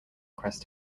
crest